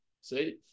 see